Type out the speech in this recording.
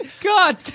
God